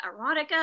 erotica